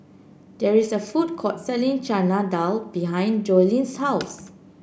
there is a food court selling Chana Dal behind Joellen's house